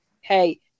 hey